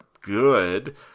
good